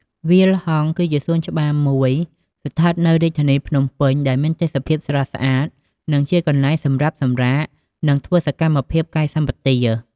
វាលហង្ស គឺជាសួនច្បារមួយស្ថិតនៅរាជធានីភ្នំពេញ ដែលមានទេសភាពស្រស់ស្អាត និងជាកន្លែងសម្រាប់សម្រាក និងធ្វើសកម្មភាពកាយសម្បទា។